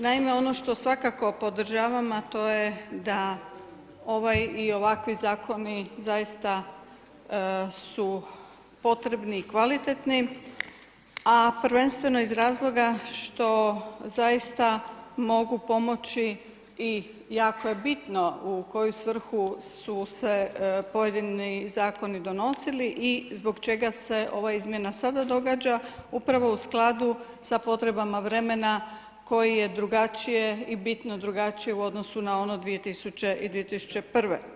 Naime, ono što svakako podržavam a to je da ovaj i ovakvi zakoni zaista su potrebni i kvalitetni, a prvenstveno iz razloga što zaista mogu pomoći i jako je bitno u koju svrhu su se pojedini zakoni donosili i zbog čega se ova izmjena sada događa upravo u skladu sa potrebama vremena koji je drugačije i bitno drugačiji u odnosu na ono 2000. i 2001.